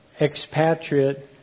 expatriate